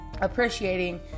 appreciating